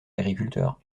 agriculteur